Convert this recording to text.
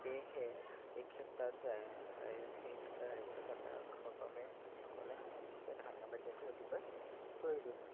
সেয়েহে এই ক্ষেত্ৰত সেই ক্ষেত্ৰত ৰাজ্য চৰকাৰক আমি সকলোৱে অতিকৈ ধন্যবাদ দিয়াটো অতিকৈ প্ৰয়োজনীয়